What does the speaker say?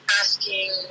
asking